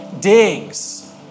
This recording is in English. digs